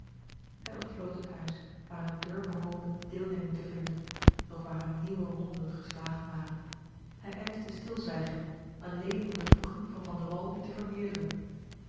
hij ontvlood het huis waar hij had durven hopen deelneming te vinden doch waar hem nieuwe wonden gestagen waren hij eischte stilzwijgen alléén om de wroeging van van de wall niet te vermeerderen